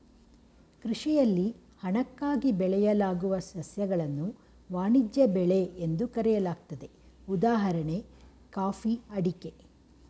ಕೃಷಿಯಲ್ಲಿ ಹಣಕ್ಕಾಗಿ ಬೆಳೆಯಲಾಗುವ ಸಸ್ಯಗಳನ್ನು ವಾಣಿಜ್ಯ ಬೆಳೆ ಎಂದು ಕರೆಯಲಾಗ್ತದೆ ಉದಾಹಣೆ ಕಾಫಿ ಅಡಿಕೆ